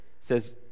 says